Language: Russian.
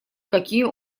какие